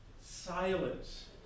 Silence